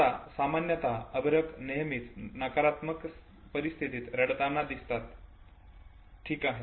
आता सामान्यत अर्भक नेहमीच नकारात्मक परिस्थितीत रडताना दिसतात ठीक आहे